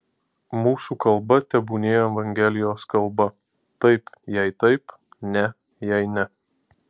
mūsų kalba tebūnie evangelijos kalba taip jei taip ne jei ne